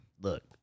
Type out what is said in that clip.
look